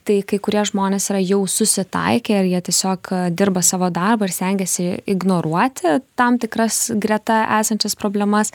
tai kai kurie žmonės yra jau susitaikę ir jie tiesiog dirba savo darbą ir stengiasi ignoruoti tam tikras greta esančias problemas